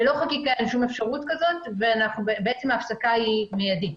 ללא חקיקה אין אפשרות כזו, וההפסקה היא מיידית.